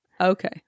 Okay